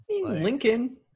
Lincoln